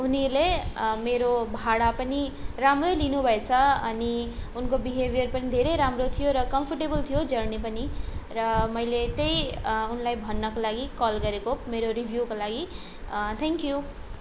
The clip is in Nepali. उनीहरूले मेरो भाडा पनि राम्रै लिनुभएछ अनि उनको बिहेबियर पनि धेरै राम्रो थियो र कम्फोर्टेबल थियो जर्नी पनि र मैले त्यही उनलाई भन्नको लागि कल गरेको मेरो रिभ्यूको लागि थ्याङ्क यू